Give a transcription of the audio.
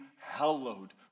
hallowed